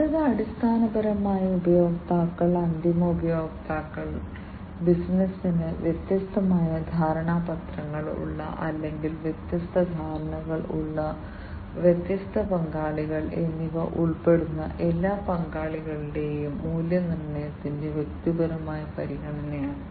അടുത്തത് അടിസ്ഥാനപരമായി ഉപയോക്താക്കൾ അന്തിമ ഉപയോക്താക്കൾ ഉപഭോക്താക്കൾ ബിസിനസ്സിന് വ്യത്യസ്ത ധാരണാപത്രങ്ങൾ ഉള്ള അല്ലെങ്കിൽ വ്യത്യസ്ത ധാരണകൾ ഉള്ള വ്യത്യസ്ത പങ്കാളികൾ എന്നിവ ഉൾപ്പെടുന്ന എല്ലാ പങ്കാളികളുടെയും മൂല്യനിർണ്ണയത്തിന്റെ വ്യക്തമായ പരിഗണനയാണ്